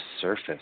surface